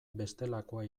bestelakoa